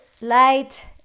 light